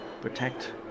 protect